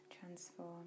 transform